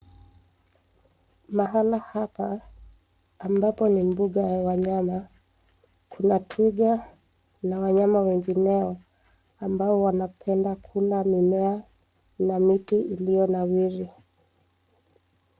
Mahala hapa ambako ni mbuga ya wanyama kuna twiga na wanyama wengineo ambao wanapenda kula mimea na miti iliyo nawiri